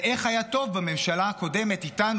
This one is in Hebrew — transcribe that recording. ואיך היה טוב בממשלה הקודמת איתנו,